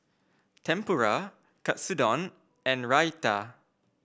Tempura Katsudon and Raita